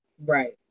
Right